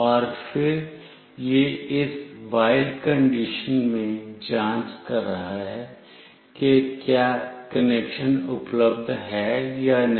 और फिर यह इस व्हाईल कंडीशन में जांच कर रहा है कि क्या कनेक्शन उपलब्ध है या नहीं